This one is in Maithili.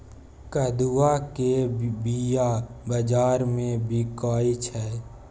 कदुआ केर बीया बजार मे बिकाइ छै